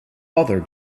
other